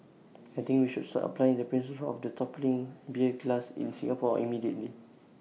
I think we should start applying the principles of the toppling beer glass in Singapore immediately